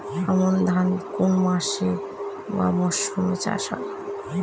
আমন ধান কোন মাসে বা মরশুমে চাষ হয়?